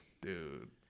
Dude